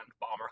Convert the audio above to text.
bomber